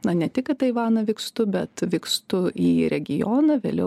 na ne tik į taivaną vykstu bet vykstu į regioną vėliau